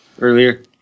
earlier